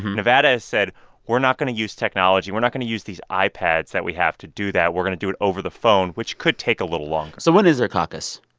nevada said we're not going to use technology. we're not going to use these ah ipads that we have to do that. we're going to do it over the phone, which could take a little longer so when is their caucus?